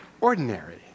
Ordinary